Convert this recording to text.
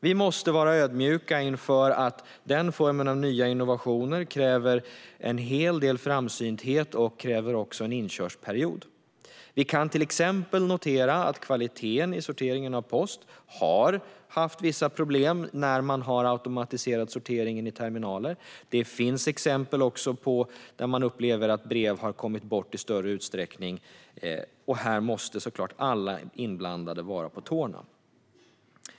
Vi måste vara ödmjuka inför att den formen av nya innovationer kräver en hel del framsynthet och en inkörsperiod. Vi kan till exempel notera att kvaliteten i sorteringen av post har haft vissa problem när sorteringen har automatiserats i terminaler. Det finns också exempel på att brev i större utsträckning har kommit bort. Här måste såklart alla inblandade vara på tårna.